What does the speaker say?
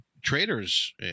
Traders